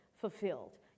fulfilled